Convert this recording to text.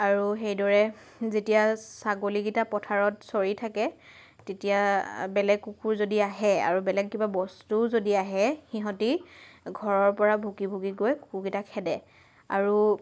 আৰু সেইদৰে যেতিয়া ছাগলীকেইটা পথাৰত চৰি থাকে তেতিয়া বেলেগ কুকুৰ যদি আহে আৰু বেলেগ কিবা বস্তুও যদি আহে সিহঁতে ঘৰৰ পৰা ভুকি ভুকি গৈ কুকুৰকেইটা খেদে আৰু